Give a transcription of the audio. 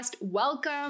welcome